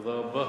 תודה רבה.